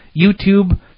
YouTube